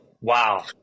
Wow